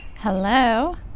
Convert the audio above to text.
Hello